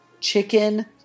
chicken